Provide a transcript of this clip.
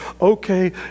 okay